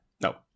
No